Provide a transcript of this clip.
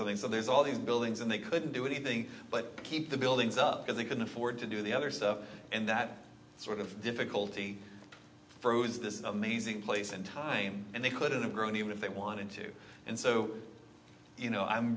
something so there's all these buildings and they couldn't do anything but keep the buildings up because they couldn't afford to do the other stuff and that sort of difficulty is this amazing place and time and they couldn't agree on even if they wanted to and so you know i'm